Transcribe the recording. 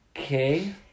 Okay